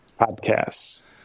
Podcasts